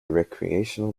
recreational